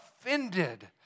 offended